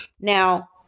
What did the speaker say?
now